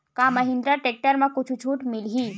का महिंद्रा टेक्टर म कुछु छुट मिलही?